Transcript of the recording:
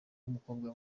w’umukobwa